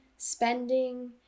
spending